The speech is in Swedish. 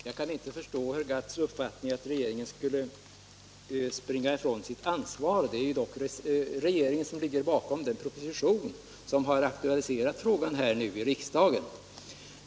Herr talman! Jag kan inte förstå herr Gadds uppfattning att regeringen skulle springa ifrån sitt ansvar. Det är dock regeringen som ligger bakom den proposition som nu har aktualiserat frågan här i riksdagen.